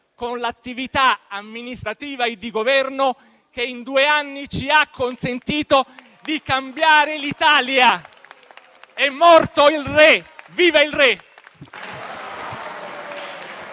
con l'attività amministrativa e di governo che in due anni ci ha consentito di cambiare l'Italia. È morto il re, viva il re!